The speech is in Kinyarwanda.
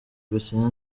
gukina